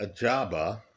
Ajaba